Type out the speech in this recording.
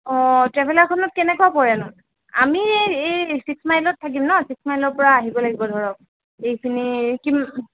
অঁ ট্ৰেভেলাৰখনত কেনেকুৱা পৰেনো আমি এই এই চিক্স মাইলত থাকিম ন চিক্স মাইলৰ পৰা আহিব লাগিব ধৰক এইখিনি কিম